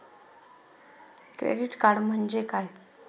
Credit card म्हणजे काय?